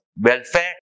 welfare